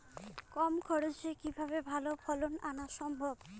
কম খরচে কিভাবে ভালো ফলন আনা সম্ভব?